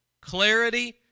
Clarity